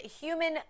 human